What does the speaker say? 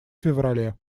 феврале